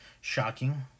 shocking